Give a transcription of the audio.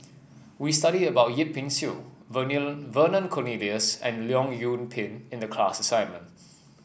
we studied about Yip Pin Xiu Vernon Cornelius and Leong Yoon Pin in the class assignment